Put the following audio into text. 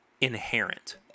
inherent